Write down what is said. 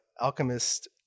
Alchemist